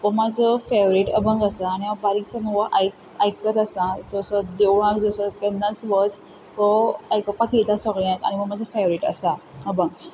हो म्हजो फेवरेट अभंग आसा आनी हांव हो आयकत आसा जसो देवळांत असो केन्नाच वच हो आयकुपाक येता सगळ्यांक आनी हो म्हजो फेवरेट आसा अभंग